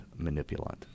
manipulant